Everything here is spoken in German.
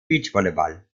beachvolleyball